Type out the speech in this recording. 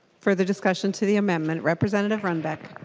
further discussion to the amendment? representative runbeck